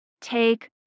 Take